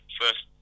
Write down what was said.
first